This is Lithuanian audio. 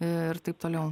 ir taip toliau